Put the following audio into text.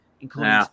including